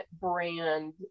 brand